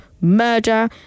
murder